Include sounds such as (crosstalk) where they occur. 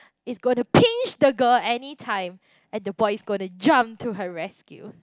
(breath) is going to pinch the girl anytime and the boy is going to jump to her rescue